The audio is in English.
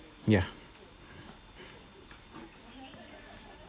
ya